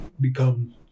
become